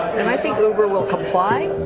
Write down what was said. and i think uber will comply,